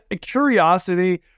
curiosity